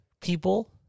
people